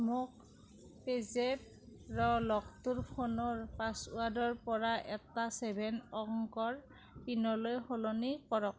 মোৰ পে'জেপৰ লকটো ফোনৰ পাছৱৰ্ডৰ পৰা এটা ছেভেন অংকৰ পিনলৈ সলনি কৰক